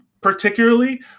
particularly